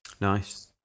Nice